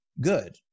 good